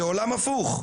זה עולם הפוך.